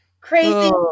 Crazy